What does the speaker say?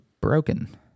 broken